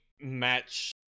match